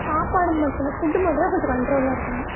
சாப்பாடு மட்டும் தான் ஃபுட்டு மட்டும் தான் கொஞ்சம் கண்ட்ரோலாக இருக்கணும்